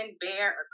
Bear